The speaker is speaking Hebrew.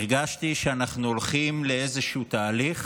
הרגשתי שאנחנו הולכים לאיזשהו תהליך